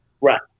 Right